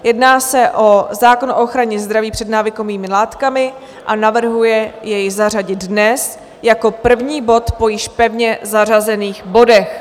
Jedná se o zákon o ochraně zdraví před návykovými látkami a navrhuje jej zařadit dnes jako první bod po již pevně zařazených bodech.